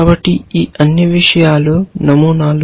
కాబట్టి ఈ అన్ని విషయాలు నమూనాలు